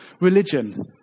religion